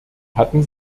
hatten